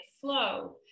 flow